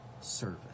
service